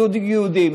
זוג יהודי,